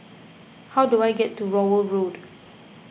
how do I get to Rowell Road